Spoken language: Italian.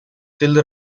del